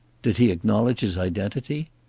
did he acknowledge his identity?